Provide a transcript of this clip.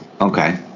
okay